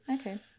okay